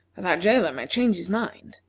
or that jailer may change his mind.